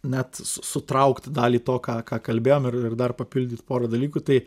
net su sutraukti dalį to ką ką kalbėjom ir ir dar papildyt pora dalykų tai